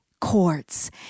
courts